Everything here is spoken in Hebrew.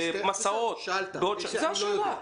זו השאלה,